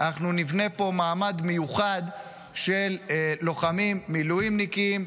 אנחנו נבנה פה מעמד מיוחד של לוחמים מילואימניקים,